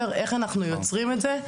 איך אנחנו יוצרים את זה,